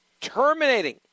terminating